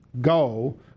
go